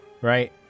right